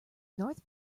north